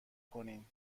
کنین